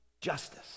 Justice